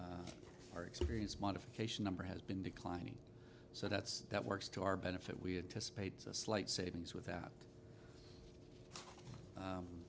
our experience modification number has been declining so that's that works to our benefit we had to spades a slight savings without